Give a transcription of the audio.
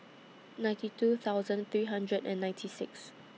ninety two thousand three hundred and ninety six